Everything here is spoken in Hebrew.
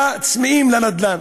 לצמאים לנדל"ן.